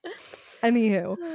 anywho